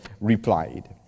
replied